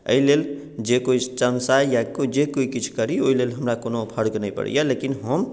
एहिलेल जे कोइ संशय या जे कोइ जे किछु करी ओहिलेल हमरा कोनो फर्क नहि पड़ैए लेकिन हम